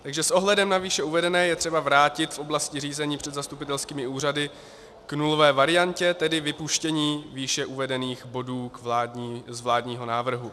Takže s ohledem na výše uvedené je třeba vrátit v oblasti řízení před zastupitelskými úřady k nulové variantě, tedy vypuštění výše uvedených bodů z vládního návrhu.